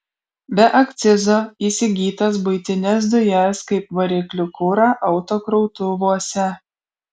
be akcizo įsigytas buitines dujas kaip variklių kurą autokrautuvuose